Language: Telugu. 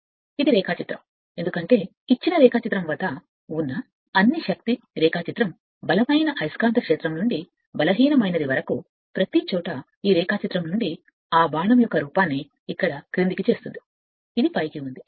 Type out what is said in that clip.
కాబట్టి దీనిని రేఖాచిత్రం అని పిలుస్తారు ఎందుకంటే ఇచ్చిన రేఖాచిత్రం వద్ద ఉన్న అన్ని శక్తి రేఖాచిత్రం బలమైన అయస్కాంత క్షేత్రం నుండి బలహీనమైనది వరకు ప్రతిచోటా ఈ రేఖాచిత్రం నుండి ఆ బాణం యొక్క రూపాన్ని ఇక్కడ క్రిందికి చేస్తుంది ఇది పైకి ఉంది